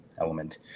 element